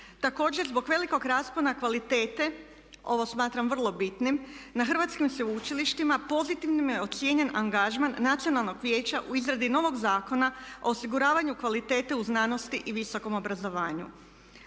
Također zbog velikog raspona kvalitete ovo smatram vrlo bitnim na hrvatskim sveučilištima pozitivnim je ocijenjen angažman Nacionalnog vijeća u izradi novog zakona o osiguravanju kvalitete u znanosti i visokom obrazovanju.